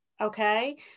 okay